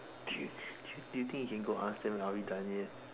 do you do you think you can go ask them are we done yet